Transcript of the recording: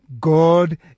God